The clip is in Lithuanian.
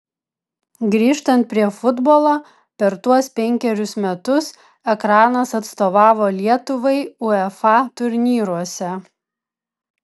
grįžtant prie futbolo per tuos penkerius metus ekranas atstovavo lietuvai uefa turnyruose